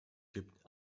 gibt